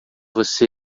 você